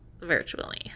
virtually